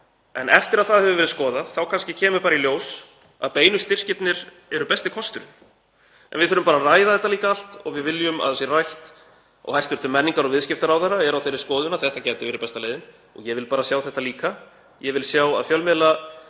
Eftir að það hefur verið skoðað þá kannski kemur bara í ljós að beinir styrkir séu besti kosturinn. En við þurfum bara að ræða þetta allt og við viljum að það sé rætt. Hæstv. menningar- og viðskiptaráðherra er á þeirri skoðun að þetta gæti verið besta leiðin. Ég vil sjá þetta líka, ég vil að fjölmiðlastefnan